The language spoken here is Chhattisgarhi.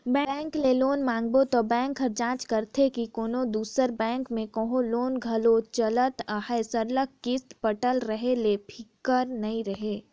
बेंक ले लोन मांगबे त बेंक ह जांच करथे के कोनो दूसर बेंक में कहों लोन घलो चलत अहे सरलग किस्त पटत रहें ले फिकिर नी रहे